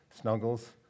snuggles